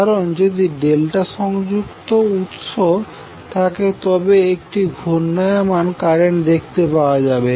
কারণ যদি ∆ সংযুক্ত উৎস থাকে তবে একটি ঘূর্ণায়মান কারেন্ট দেখতে পাওয়া যাবে